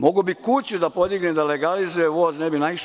Mogao bi kuću da podigne i legalizuje i voz ne bi naišao.